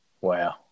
Wow